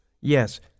Yes